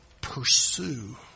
Pursue